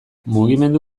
mugimendu